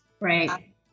right